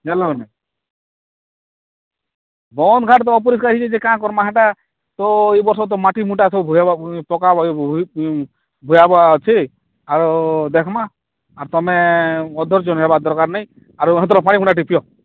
ଜାଣିଲ କିନି ବନ୍ଧ ଘାଟି ତ ଉପରକୁ ଆଇଛି ଯେ କା କରମା ହେଟା ତ ଏ ବର୍ଷ ତ ମାଟି ମୁଟା ସବୁ ପକା ବୁହା ହେବା ଅଛି ଆଉ ଦେଖମା ଆର ତୁମେ ଅଧର୍ଯ୍ୟ ହେବା ଦରକାର ନାହିଁ ଆର ପାଣିପୁଣା ଟିକେ ପିଅ